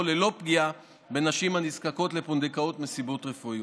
ללא פגיעה בנשים הנזקקות לפונדקאות מסיבות רפואיות.